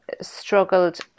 struggled